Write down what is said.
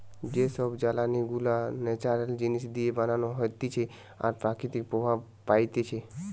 যে সব জ্বালানি গুলা ন্যাচারাল জিনিস দিয়ে বানানো হতিছে আর প্রকৃতি প্রভাব পাইতিছে